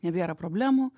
nebėra problemų